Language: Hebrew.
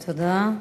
תודה.